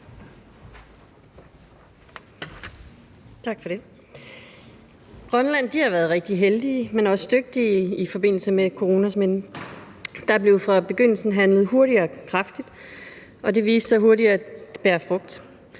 Grønland har været rigtig heldige, men også dygtige i forbindelse med coronasmitten. Der blev fra begyndelsen handlet hurtigt og kraftigt, og det viste sig hurtigt at bære frugt.